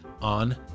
on